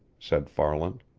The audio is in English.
said farland.